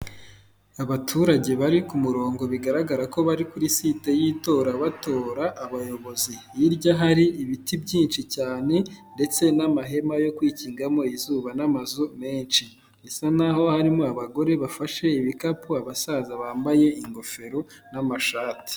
Abaturage bari ku murongo bigaragara ko bari kuri site y'itora batora abayobozi, hirya hari ibiti byinshi cyane ndetse n'amahema yo kwikingamo izuba n'amazu menshi, bisa nkaho harimo abagore bafashe ibikapu, abasaza bambaye ingofero n'amashati.